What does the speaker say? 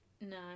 No